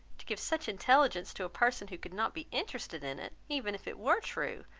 to give such intelligence to a person who could not be interested in it, even if it were true,